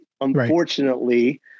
unfortunately